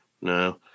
No